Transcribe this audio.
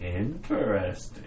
interesting